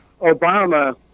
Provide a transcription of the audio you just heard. Obama